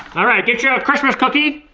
alright, get your christmas cookie.